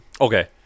Okay